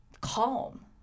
calm